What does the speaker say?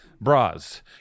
Bras